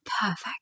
perfect